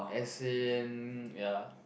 as in ya